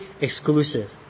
exclusive